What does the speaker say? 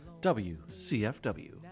WCFW